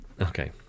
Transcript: okay